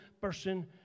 person